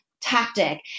Tactic